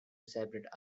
separate